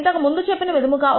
ఇంతకుముందు చెప్పిన విధముగా